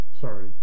Sorry